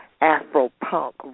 Afro-punk